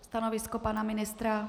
Stanovisko pana ministra?